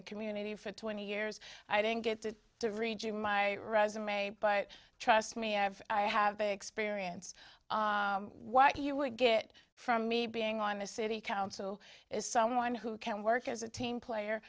the community for twenty years i didn't get to the region my resume but trust me i have i have experience what you would get from me being on the city council is someone who can work as a team player